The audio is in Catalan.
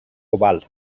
oval